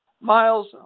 Miles